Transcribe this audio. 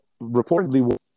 reportedly